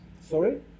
sorry